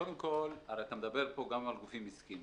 קודם כול, הרי אתה מדבר פה גם על גופים עסקיים.